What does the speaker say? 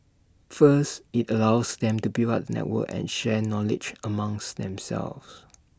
first IT allows them to build up the network and share knowledge amongst themselves